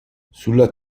sulla